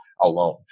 alone